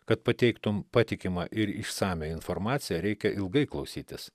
kad pateiktum patikimą ir išsamią informaciją reikia ilgai klausytis